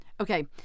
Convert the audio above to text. Okay